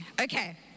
Okay